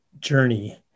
journey